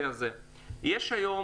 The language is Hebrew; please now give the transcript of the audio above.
שוב,